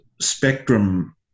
spectrum